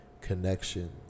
Connection